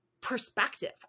perspective